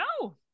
no